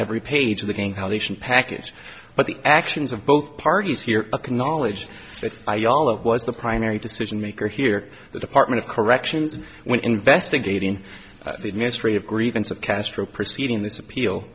every page of the thing how the package but the actions of both parties here can knowledge that i all of was the primary decision maker here the department of corrections when investigating the administrative grievance of castro proceeding in this appeal